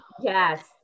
yes